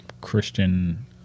Christian